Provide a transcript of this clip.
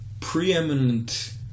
preeminent